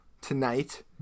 tonight